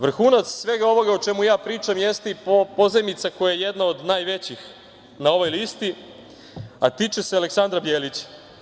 Vrhunac svega ovoga o čemu ja pričam jeste i pozajmica koja je jedna od najvećih na ovoj listi, a tiče se Aleksandra Bjelića.